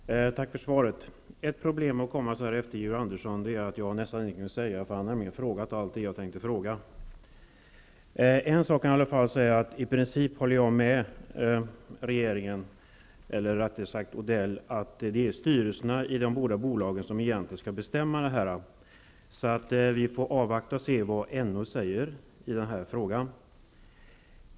Herr talman! Jag tackar för svaret. Ett problem för mig när jag nu kommer efter Georg Andersson är att jag nästan inte har någonting att säga -- han har nämligen tagit upp allt det som jag tänkte fråga om. Jag vill dock säga att jag i princip håller med Mats Odell om att det är styrelserna i de berörda bolagen som egentligen skall behandla denna fråga. Vi får alltså avvakta vad NO säger i den här frågan.